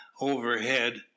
overhead